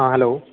हँ हेलो